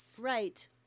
right